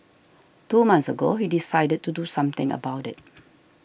two months ago he decided to do something about it